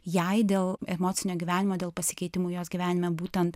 jai dėl emocinio gyvenimo dėl pasikeitimų jos gyvenime būtent